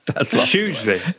Hugely